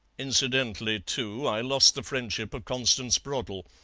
incidentally, too, i lost the friendship of constance broddle.